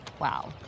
Wow